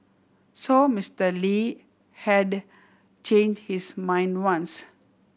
so Mister Lee had change his mind once